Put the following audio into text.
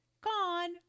Gone